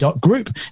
group